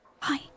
Bye